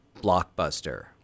blockbuster